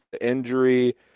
injury